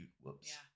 whoops